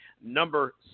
number